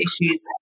issues